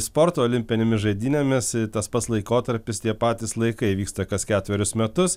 sporto olimpinėmis žaidynėmis tas pats laikotarpis tie patys laikai vyksta kas ketverius metus